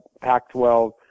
Pac-12